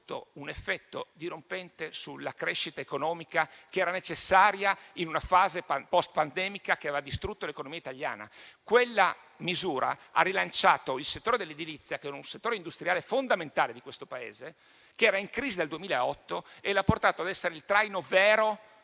un effetto dirompente sulla crescita economica che era necessaria in una fase successiva alla pandemia che aveva distrutto l'economia italiana. Quella misura ha rilanciato l'edilizia, settore industriale fondamentale di questo Paese, che era in crisi dal 2008 e l'ha portata ad essere il vero